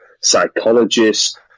psychologists